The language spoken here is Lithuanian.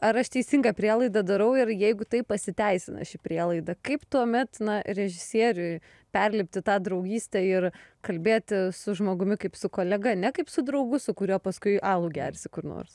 ar aš teisingą prielaidą darau ir jeigu tai pasiteisina ši prielaida kaip tuomet režisieriui perlipti tą draugystę ir kalbėti su žmogumi kaip su kolega ne kaip su draugu su kuriuo paskui alų gersi kur nors